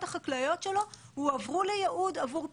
החקלאיות שלו הועברו ליהוד עבור פיתוח.